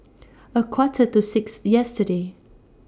A Quarter to six yesterday